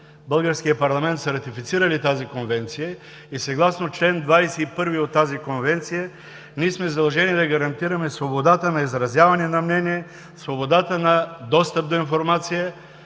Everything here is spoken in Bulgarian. българският парламент са ратифицирали тази Конвенция и съгласно чл. 21 от нея ние сме задължени да гарантираме свободата на изразяване на мнение, свободата на достъп до информация.